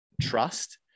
trust